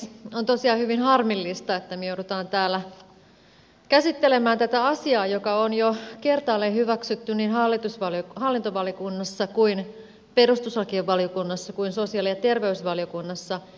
on tosiaan hyvin harmillista että me joudumme täällä käsittelemään tätä asiaa joka on jo kertaalleen hyväksytty niin hallintovaliokunnassa kuin perustuslakivaliokunnassa kuin sosiaali ja terveysvaliokunnassa